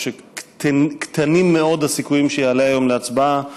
או שקטנים מאוד הסיכויים שיעלה היום להצבעה,